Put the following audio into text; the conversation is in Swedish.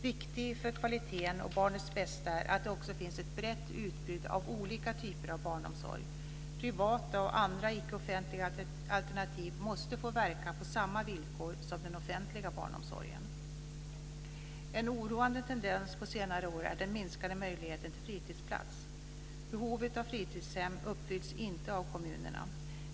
Viktigt för kvaliteten och barnets bästa är att det också finns ett brett utbud av olika typer av barnomsorg. Privata och andra icke offentliga alternativ måste få verka på samma villkor som den offentliga barnomsorgen. En oroande tendens på senare år är den minskade möjligheten till fritidsplats. Behovet av fritidshem uppfylls inte av kommunerna.